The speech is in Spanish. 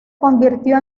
convirtió